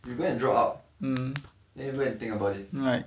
you go and draw out then you go and think about it like